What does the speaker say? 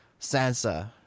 Sansa